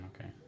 okay